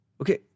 Okay